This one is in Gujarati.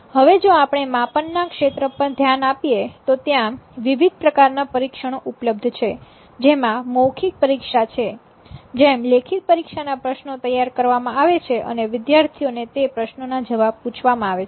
હવે જો આપણે માપન ના ક્ષેત્ર પર ધ્યાન આપીએ તો ત્યાં વિવિધ પ્રકારના પરીક્ષણો ઉપલબ્ધ છે જેમાં મૌખિક પરિક્ષા છે જેમ લેખિત પરીક્ષાના પ્રશ્નો તૈયાર કરવામાં આવે છે અને વિદ્યાર્થીઓ ને તે પ્રશ્નોના જવાબ પૂછવામાં આવે છે